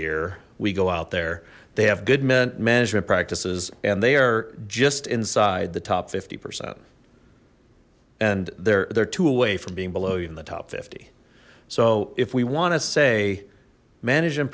year we go out there they have good management practices and they are just inside the top fifty percent and they're there to away from being below you in the top fifty so if we want to say management